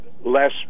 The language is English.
less